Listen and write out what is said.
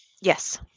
Yes